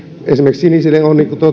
esimerkiksi sinisille